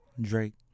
Drake